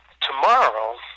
tomorrow